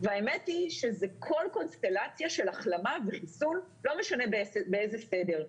והאמת היא שזה כל קונסטלציה של החלמה או חיסון ולא משנה באיזה סדר.